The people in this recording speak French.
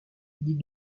dit